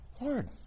Lord